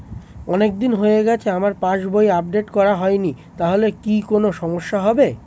অনেকদিন হয়ে গেছে আমার পাস বই আপডেট করা হয়নি তাহলে কি কোন সমস্যা হবে?